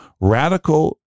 Radical